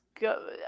go